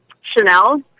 Chanel